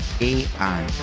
AI